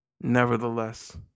Nevertheless